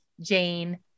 Jane